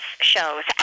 shows